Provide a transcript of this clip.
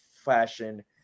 fashion